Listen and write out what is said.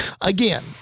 Again